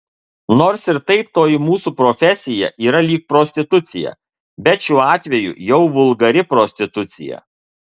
nors ir taip toji mūsų profesija yra lyg prostitucija bet šiuo atveju jau vulgari prostitucija